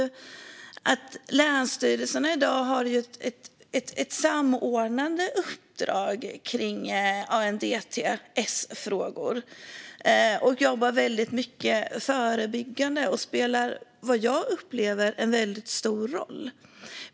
Länsstyrelserna har i dag ett samordnande uppdrag kring ANDTS-frågor. De jobbar mycket förebyggande och spelar, som jag upplever det, en stor roll. Fru talman!